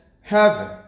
heaven